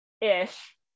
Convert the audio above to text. ish